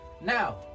Now